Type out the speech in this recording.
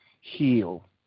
heal